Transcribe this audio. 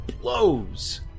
blows